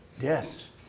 Yes